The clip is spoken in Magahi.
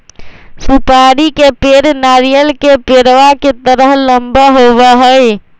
सुपारी के पेड़ नारियल के पेड़वा के तरह लंबा होबा हई